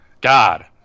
God